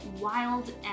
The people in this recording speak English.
wild